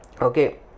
okay